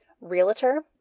realtor